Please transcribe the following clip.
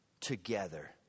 Together